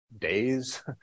days